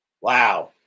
wow